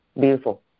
Beautiful